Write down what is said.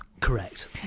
correct